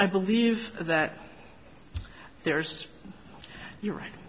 i believe that there's you right